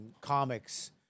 comics